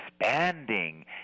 expanding